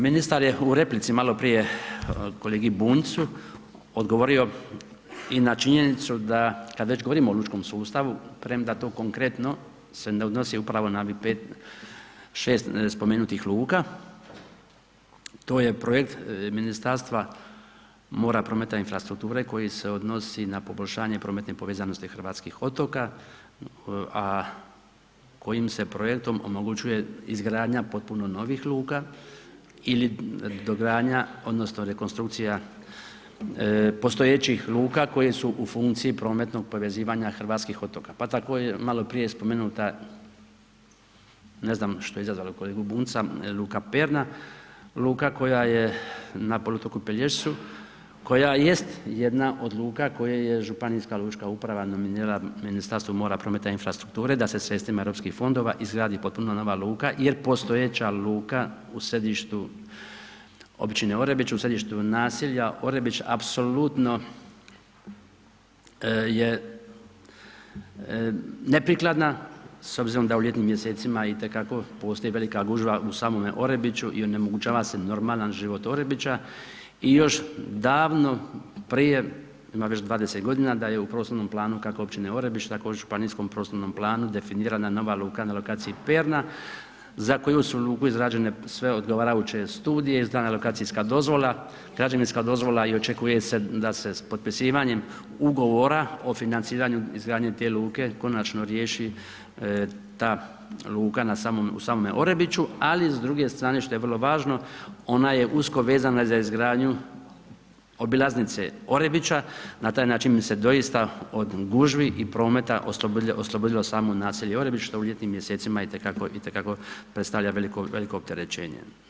Ministar je u replici maloprije kolegi Bunjcu odgovorio i na činjenicu da kad već govorimo o lučkom sustavu, premda to konkretno se ne odnosi upravo na ovih 5, 6 spomenutih luka, to je projekt Ministarstva mora, prometa i infrastrukture koji se odnosi na poboljšanje prometne povezanosti hrvatskih otoka, a kojim se projektom omogućuje izgradnja potpuno novih luka ili dogradnja odnosno rekonstrukcija postojećih luka koje su funkciji prometnog povezivanja hrvatskih otoka pa tako je maloprije spomenuta, ne znam što je izazvalo kolegu Bunjca luka Perna, luka koja je na poluotoku Pelješcu, koja jest jedna od luka koje je županijska lučka uprava nominirala Ministarstvu mora, prometa i infrastrukture da se sredstvima europskih fondova izgradi potpuno nova luka jer postojeća luka u središtu općine Orebić, u središtu naselja Orebić, apsolutno je neprikladna s obzirom da u ljetnim mjesecima itekako postoji velika gužva u samome Orebiću i onemogućava se normalan život Orebića i još davno prije, ima već 20 g. da je u prostornom planu kako općine Orebić tako u županijskom prostornom planu, definirana nova luka na lokaciji Perna, za koju su luku izrađene sve odgovarajuće studije, izdana je lokacijska dozvola, građevinska dozvola i očekuje da se s potpisivanjem ugovora o financiranju izgradnje te luke konačno riješi ta luka u samome Orebiću, ali s druge strane što je vrlo važno, ona je usko vezana za izgradnju obilaznice Orebića, na taj način bi se doista od gužvi i prometa oslobodilo samo naselje Orebić što u ljetnim mjesecima itekako predstavlja veliko opterećenje.